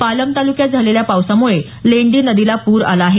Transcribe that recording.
पालम तालुक्यात झालेल्या पावसामुळे लेंडी नदीला पूर आला आहे